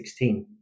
2016